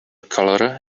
colour